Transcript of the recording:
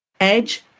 edge